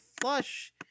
flush